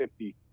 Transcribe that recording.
50